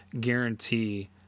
guarantee